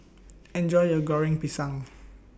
Enjoy your Goreng Pisang